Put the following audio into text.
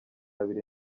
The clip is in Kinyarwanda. abiri